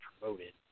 promoted